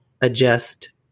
adjust